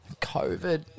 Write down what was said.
COVID